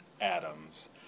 atoms